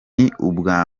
ihiganwa